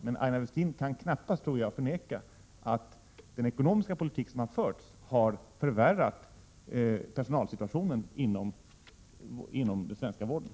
Men Aina Westin kan knappast, tror jag, förneka att den ekonomiska politik som har förts har förvärrat personalsituationen inom den svenska vården.